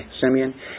Simeon